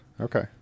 okay